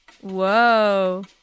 Whoa